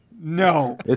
no